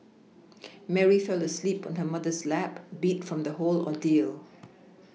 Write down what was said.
Mary fell asleep on her mother's lap beat from the whole ordeal